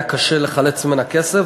היה קשה לחלץ ממנה כסף,